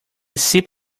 sip